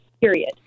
Period